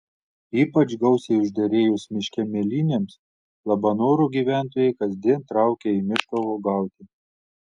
ypač gausiai užderėjus miške mėlynėms labanoro gyventojai kasdien traukia į mišką uogauti